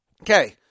Okay